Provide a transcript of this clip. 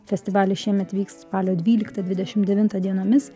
festivalis šiemet vyks spalio dvyliktą dvidešim devintą dienomis